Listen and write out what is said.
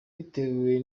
bitewe